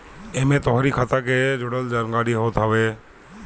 एमे तोहरी खाता के जुड़ल जानकारी होत हवे